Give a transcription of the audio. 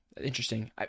Interesting